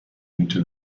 into